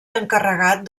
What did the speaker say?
encarregat